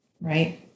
Right